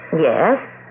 Yes